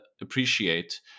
appreciate